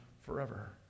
forever